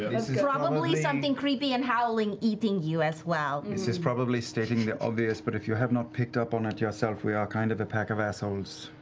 probably something creepy and howling eating you as well. liam and this is probably stating the obvious, but if you have not picked up on it yourself, we are kind of a pack of assholes.